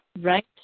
Right